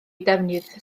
defnyddio